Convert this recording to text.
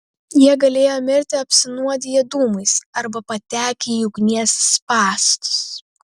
jie galėjo mirti apsinuodiję dūmais arba patekę į ugnies spąstus